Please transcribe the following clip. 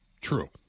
True